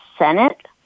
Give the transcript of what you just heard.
Senate